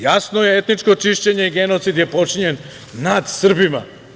Jasno je etničko čišćenje i genocid je počinjen nad Srbima.